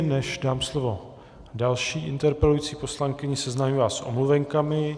Než dám slovo další interpelující poslankyni, seznámím vás s omluvenkami.